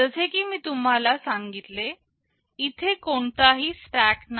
जसे की मी तुम्हाला सांगितले इथे कोणताही स्टॅक नाही